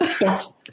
Yes